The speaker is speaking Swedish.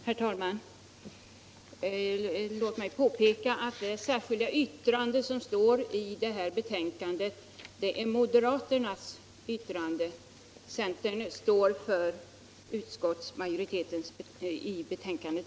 Herr talman! Låt mig påpeka att det särskilda yttrandet till betänkandet är moderaternas yttrande, medan centern står för utskottsmajoritetens skrivning.